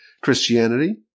Christianity